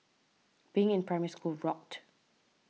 being in Primary School rocked